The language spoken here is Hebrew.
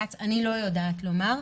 כץ, אני לא יודעת לומר.